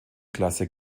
klasse